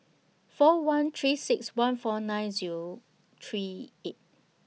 four one three six one four nine Zero three eight